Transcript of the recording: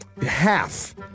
Half